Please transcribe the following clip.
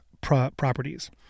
properties